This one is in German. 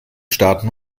starten